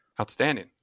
Outstanding